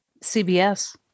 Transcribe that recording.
CBS